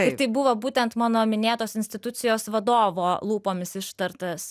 ir tai buvo būtent mano minėtos institucijos vadovo lūpomis ištartas